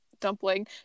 Dumpling